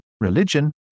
religion